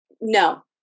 No